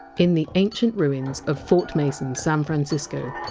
in the ancient ruins of fort mason, san francisco,